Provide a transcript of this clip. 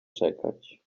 czekać